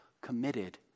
committed